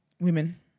women